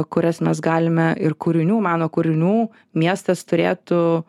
kurias mes galime ir kūrinių meno kūrinių miestas turėtų